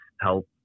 help